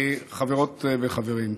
חברות וחברים.